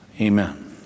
Amen